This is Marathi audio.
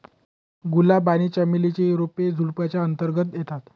गुलाब आणि चमेली ची रोप झुडुपाच्या अंतर्गत येतात